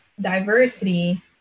diversity